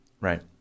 Right